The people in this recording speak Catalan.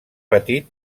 patit